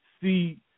see